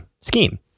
scheme